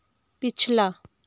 पिछला